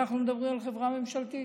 ואנחנו מדברים על חברה ממשלתית